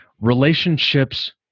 Relationships